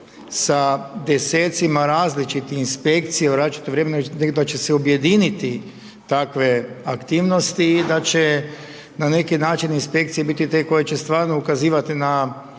sa desecima različitih inspekcija u različitom vremenu, nego da će se objediniti takve aktivnosti i da će na neki način inspekcije biti te koje će stvarno ukazivati na